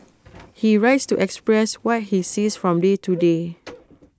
he writes to express what he sees from day to day